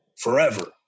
Forever